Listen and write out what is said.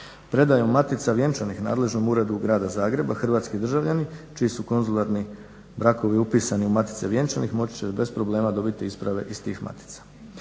Predajom matica vjenčanih nadležnom Uredu Grada Zagreba hrvatski državljani čiji su konzularni brakovi upisani u matice vjenčanih moći će bez problema dobiti isprave iz tih matica.